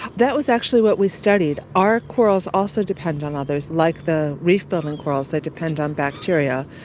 that was actually what we studied. our corals also depend on others, like the reef-building corals, they depend on bacteria,